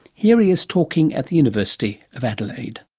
here he is talking at the university of adelaide.